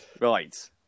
Right